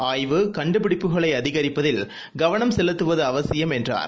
ஆராய்ச்சி கண்டுபிடிப்புகளைஅதிரிப்பதில் கவனம் செலுத்துவதுஅவசியம் என்றார்